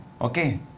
okay